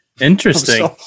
Interesting